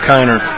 Kiner